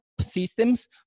systems